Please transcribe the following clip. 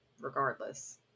regardless